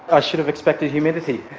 i should have expected humidity.